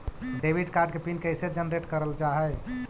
Debit card के PIN कैसे generate करल जाहै?